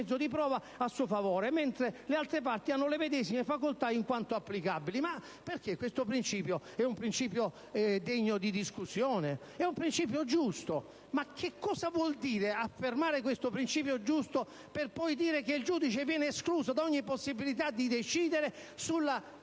questo è un principio degno di discussione? È un principio giusto; ma che cosa significa affermare questo principio giusto e poi dire che il giudice viene escluso da ogni possibilità di decidere sulla rilevanza